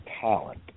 talent